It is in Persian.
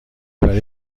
برای